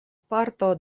parto